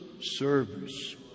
service